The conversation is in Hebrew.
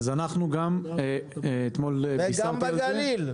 ככה זה גם בגליל.